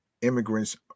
immigrants